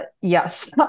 yes